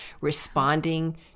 responding